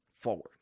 forward